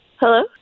Hello